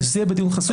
שזה יהיה בדיון חסוי.